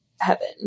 heaven